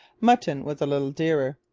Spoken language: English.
mutton was a little dearer.